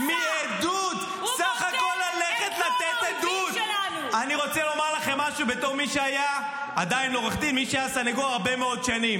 אז אני רוצה לשאול אתכם משהו, במה אתם גאים?